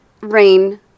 rain